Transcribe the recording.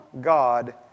God